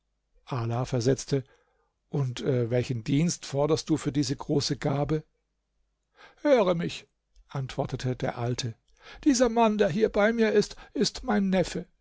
ala versetzte und welchen dienst forderst du für diese große gabe höre mich antwortete der alte dieser mann der hier bei mir ist ist mein neffe